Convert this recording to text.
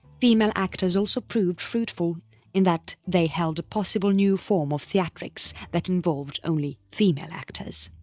female actors also proved fruitful in that they held a possible new form of theatrics that involved only female actors.